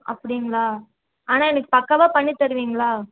அப்படிங்களா ஆனால் எனக்கு பக்காவாக பண்ணித்தருவீங்களா